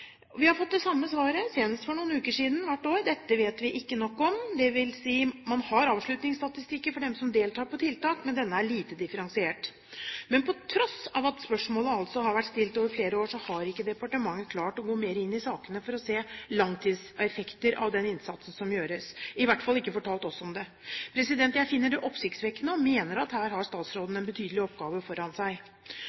Vi har fått det samme svaret hvert år, senest for noen uker siden: Dette vet vi ikke nok om. Det vil si at man har avslutningsstatistikker for dem som deltar på tiltak, men denne er lite differensiert. På tross av at spørsmålet altså har vært stilt over flere år, har ikke departementet klart å gå mer inn i saken for å se langtidseffekter av den innsatsen som gjøres, i hvert fall ikke fortalt oss om det. Jeg finner det oppsiktsvekkende og mener at her har